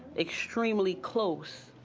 extremely close.